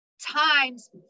times